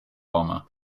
bomber